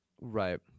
Right